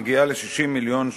מגיעה ל-60 מיליון שקלים.